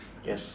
yes